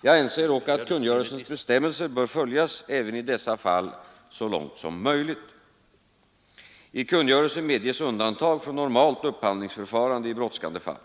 Jag anser dock att kungörelsens bestämmelser bör följas även i dessa fall så långt som möjligt. I kungörelsen medges undantag från normalt upphandlingsförfarande i brådskande fall.